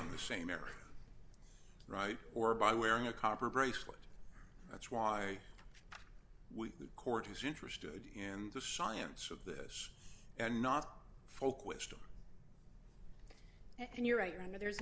n the same area right or by wearing a copper bracelet that's why we court is interested in the science of this and not folk wisdom and you're right i know there's